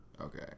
Okay